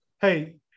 Hey